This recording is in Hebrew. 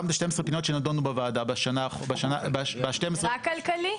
היו 712 פניות שנדונו בוועדה ב-12 החודשים --- רק כלכלי?